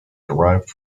derived